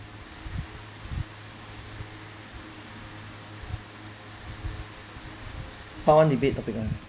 part one debate topic one